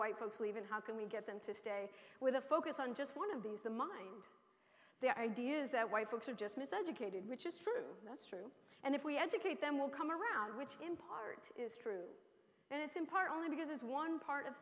white folks leave and how can we get them to stay with a focus on just one of these the mind their idea is that white folks are just miseducated which is true that's true and if we educate them will come around which in part is true and it's in part only because it's one part of